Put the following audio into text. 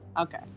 Okay